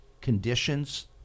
conditions